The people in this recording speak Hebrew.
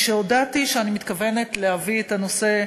משהודעתי שאני מתכוונת להביא את הנושא,